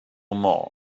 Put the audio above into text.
more